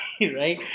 right